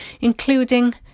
including